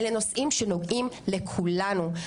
אלה נושאים שנוגעים לכולנו,